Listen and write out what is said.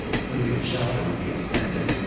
food and shelter would be expensive,